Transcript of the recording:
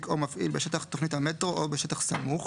או מפעיל בשטח תוכנית המטרו או בשטח סמוך